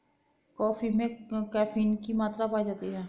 coffee में caffeine की मात्रा पाई जाती है